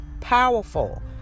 Powerful